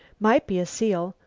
might be a seal.